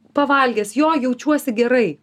pavalgęs jo jaučiuosi gerai